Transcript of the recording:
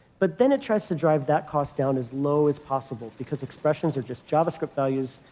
but then it tries to drive that cost down as low as possible, because expressions are just javascript values.